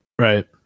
Right